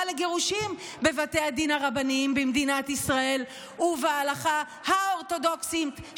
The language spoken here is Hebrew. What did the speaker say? לגירושין בבתי הדין הרבניים במדינת ישראל ובהלכה האורתודוקסית,